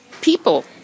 people